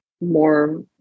more